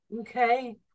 Okay